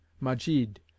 Majid